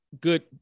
good